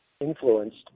influenced